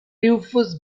rufous